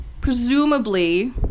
presumably